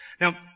Now